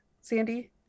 Sandy